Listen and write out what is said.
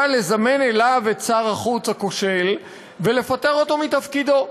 היה לזמן אליו את שר החוץ הכושל ולפטר אותו מתפקידו.